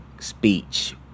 speech